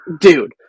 Dude